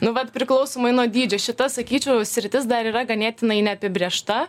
nu vat priklausomai nuo dydžio šita sakyčiau sritis dar yra ganėtinai neapibrėžta